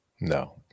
No